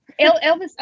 Elvis